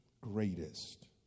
greatest